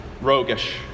roguish